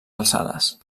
alçades